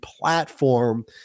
platform